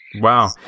Wow